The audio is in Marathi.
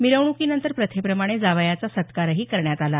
मिरवणूकीनंतर प्रथेप्रमाणे जावयाचा सत्कारही करण्यात आला